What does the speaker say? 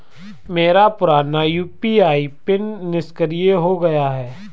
मेरा पुराना UPI PIN निष्क्रिय हो गया है